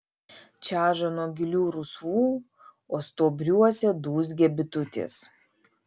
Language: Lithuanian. čeža nuo gilių rusvų o stuobriuose dūzgia bitutės